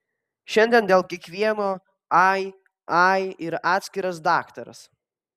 šiandien dėl kiekvieno ai ai yra atskiras daktaras